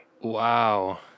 Wow